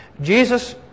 Jesus